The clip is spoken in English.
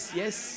yes